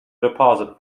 deposit